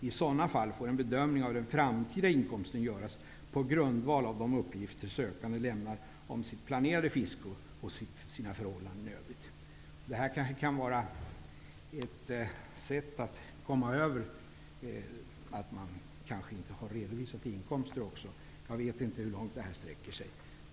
I sådana fall får en bedömning av den framtida inkomsten göras på grundval av de uppgifter som sökanden lämnar om sitt planerade fiske och sina förhållanden i övrigt. Detta kan vara ett sätt att komma över att man kanske inte har redovisat också inkomster. Jag vet inte hur långt detta sträcker sig.